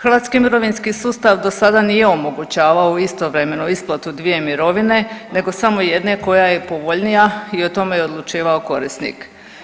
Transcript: Hrvatski mirovinski sustav do sada nije omogućavao istovremenu isplatu dvije mirovine nego samo jedne koja je povoljnija i o tome je odlučivao korisnik.